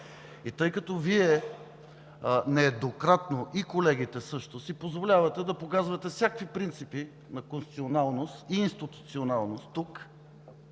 И тъй като Вие нееднократно, и колегите също, си позволявате да погазвате всякакви принципи на конституционалност и институционалност тук,